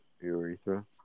urethra